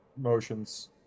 motions